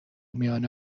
میان